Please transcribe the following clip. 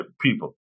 people